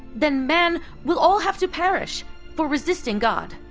then man will all have to perish for resisting god.